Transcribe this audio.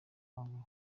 maguru